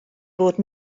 bod